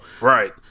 right